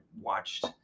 watched